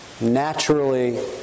naturally